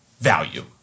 value